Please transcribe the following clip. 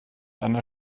einer